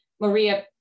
Maria